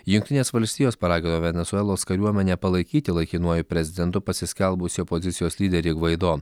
jungtinės valstijos paragino venesuelos kariuomenę palaikyti laikinuoju prezidentu pasiskelbusį opozicijos lyderį gvaido